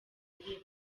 hasi